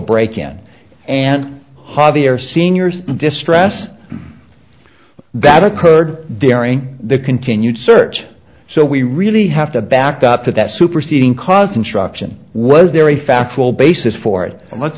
break in and javier seniors distress that occurred during the continued search so we really have to back up to that superseding cause construction was there a factual basis for